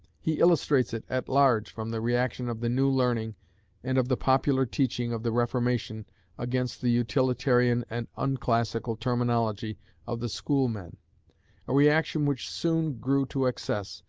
he illustrates it at large from the reaction of the new learning and of the popular teaching of the reformation against the utilitarian and unclassical terminology of the schoolmen a reaction which soon grew to excess,